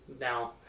Now